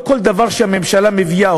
לא כל דבר שהממשלה מביאה,